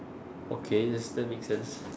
okay yes that makes sense